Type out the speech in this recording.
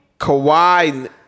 Kawhi